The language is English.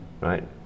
right